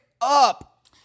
up